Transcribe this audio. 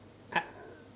ki~